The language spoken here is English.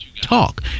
talk